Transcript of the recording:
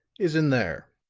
is in there.